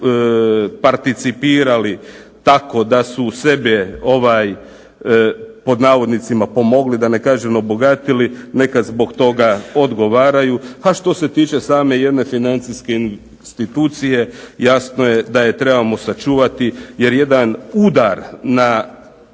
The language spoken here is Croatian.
participirali tako da su sebe pod navodnicima pomogli da ne kažem obogatili neka zbog toga odgovaraju. A što se tiče same jedne financijske institucije jasno je da je trebamo sačuvati jer jedan udar na